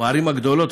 בערים הגדולות,